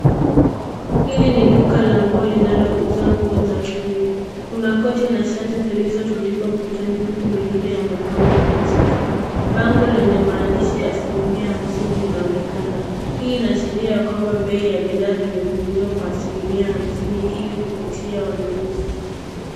Hili ni duka la nguo linalouza nguo za kiume. Kuna koti na shati zilizotundikwa ukutani huku mengine yamepangwa kwenye safu. Bango lenye maandishi asilimia hamsini linaonekana, hii inaashiria ya kwamba bei ya bidhaa zimepunguzwa kwa asilimia hamsini ili kuvutia wanunuzi.